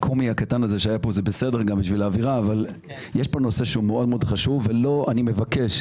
יש כאן נושא שהוא מאוד מאוד חשוב ואני מבקש,